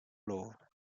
lobo